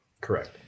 Correct